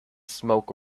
smoke